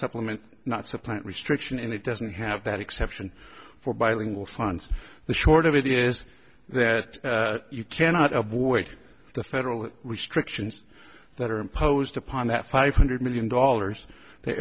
supplement not supplant restriction and it doesn't have that exception for bilingual funds the short of it is that you cannot avoid the federal restrictions that are imposed upon that five hundred million dollars th